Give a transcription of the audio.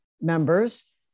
members